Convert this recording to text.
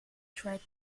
tried